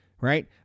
right